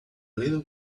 little